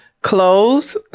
clothes